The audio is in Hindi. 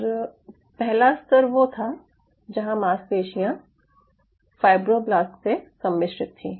और पहला स्तर वो था जहां मांसपेशियां फाइब्रोब्लास्ट से सम्मिश्रित थी